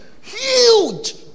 huge